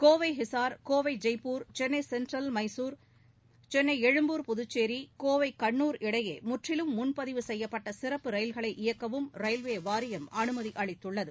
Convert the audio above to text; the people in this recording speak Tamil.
கோவை ஹிசார் கோவை ஜெய்ப்பூர் சென்னை சென்ட்ரல் மைசூர் சென்னை எழும்பூர் புதுச்சேரி கோவை கண்னூர் இடையே முற்றிலும் முன்பதிவு செய்யப்பட்ட சிறப்பு ரயில்களை இயக்கவும் ரயில்வே வாரியம் அனுமதி அளித்துள்ளது